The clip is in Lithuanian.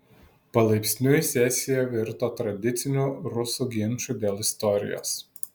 palaipsniui sesija virto tradiciniu rusų ginču dėl istorijos